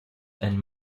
and